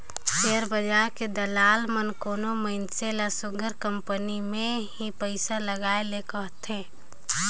share बजार के दलाल मन कोनो मइनसे ल सुग्घर कंपनी में ही पइसा लगाए ले कहथें